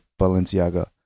Balenciaga